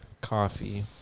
coffee